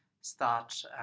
start